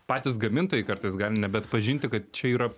patys gamintojai kartais gali nebeatpažinti kad čia yra